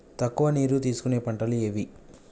తక్కువ నీరు తీసుకునే పంటలు ఏవి?